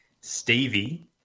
Stevie